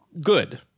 good